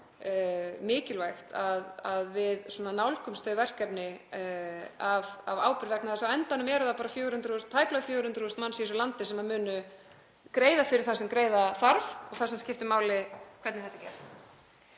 mikilvægt að við nálgumst þau verkefni af ábyrgð vegna þess að á endanum eru það bara tæplega 400.000 manns í þessu landi sem munu greiða fyrir það sem greiða þarf og þess vegna skiptir máli hvernig þetta er gert.